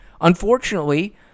Unfortunately